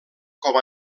com